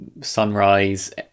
sunrise